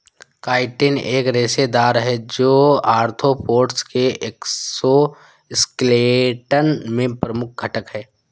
chitin एक रेशेदार है, जो आर्थ्रोपोड्स के एक्सोस्केलेटन में प्रमुख घटक है